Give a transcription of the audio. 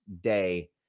day